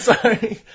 Sorry